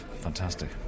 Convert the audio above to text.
fantastic